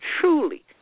truly